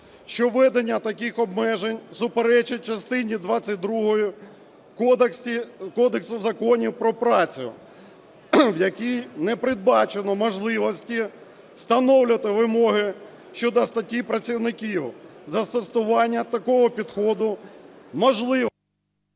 що введення таких обмежень суперечить частині 22 Кодексу законів про працю, в якій не передбачено можливості встановлювати вимоги щодо статі працівників. Застосування такого підходу…